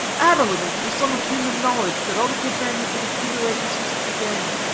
add a little to the sum of human knowledge that all the good men have been accumulating since it began.